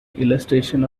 illustration